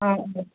ꯑꯥ